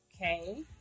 okay